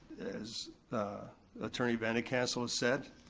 as attorney van de castle ah said,